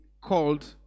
called